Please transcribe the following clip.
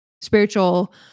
spiritual